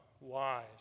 wise